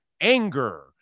anger